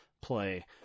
play